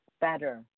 better